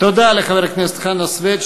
תודה לחבר הכנסת חנא סוייד,